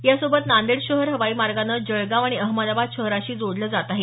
या सोबत नांदेड शहर हवाई मार्गाने जळगाव आणि अहमदाबाद शहराशी जोडलं जात आहे